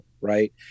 Right